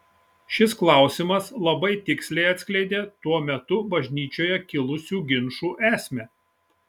šis klausimas labai tiksliai atskleidė tuo metu bažnyčioje kilusių ginčų esmę